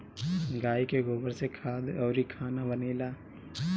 गाइ के गोबर से खाद अउरी खाना बनेला